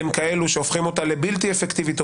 הם כאלו שהופכים אותה לבלתי-אפקטיבית או